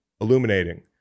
illuminating